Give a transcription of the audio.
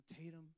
Tatum